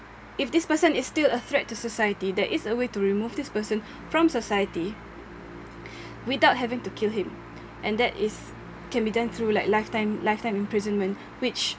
if this person is still a threat to society there is a way to remove this person from society without having to kill him and that is can be done through like lifetime lifetime imprisonment which